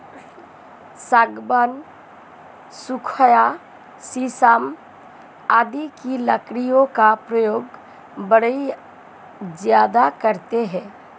सागवान, सखुआ शीशम आदि की लकड़ियों का प्रयोग बढ़ई ज्यादा करते हैं